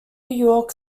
york